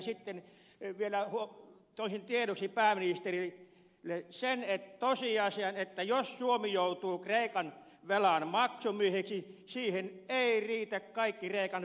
sitten vielä toisin tiedoksi pääministerille sen tosiasian että jos suomi joutuu kreikan velan maksumieheksi siihen eivät riitä kaikki kreikan fetajuustotkaan